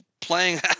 playing